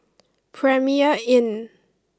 Premier Inn